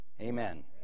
amen